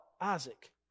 Isaac